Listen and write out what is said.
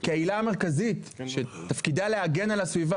כי העילה המרכזית שתפקידה להגן על הסביבה